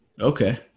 okay